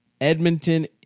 Edmonton